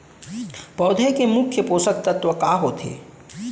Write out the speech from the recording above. पौधे के मुख्य पोसक तत्व का होथे?